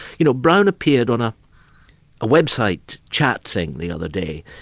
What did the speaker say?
you know, brown appeared on a website chat thing the other day,